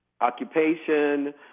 occupation